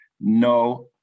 No